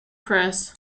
press